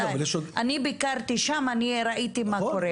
אני ביקרתי שם, אני ראיתי מה קורה.